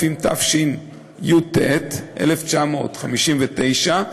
התשי"ט 1959,